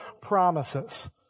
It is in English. promises